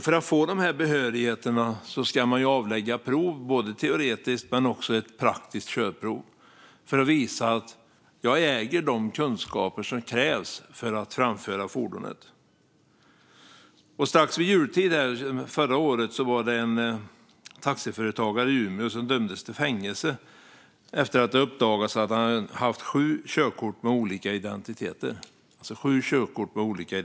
För att få dessa behörigheter ska jag avlägga både ett teoretiskt prov och ett praktiskt körprov för att visa att jag äger de kunskaper som krävs för att framföra fordonet. Vid jultid förra året dömdes en taxiföretagare i Umeå till fängelse efter att det uppdagats att han hade sju körkort med olika identiteter.